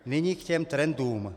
Nyní k těm trendům.